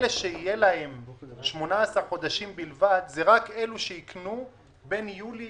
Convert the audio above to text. אלה שיהיו להם 18 חודשים בלבד זה רק אלו שיקנו בין יולי